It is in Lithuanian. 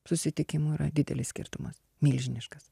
susitikimų yra didelis skirtumas milžiniškas